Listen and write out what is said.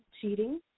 Cheating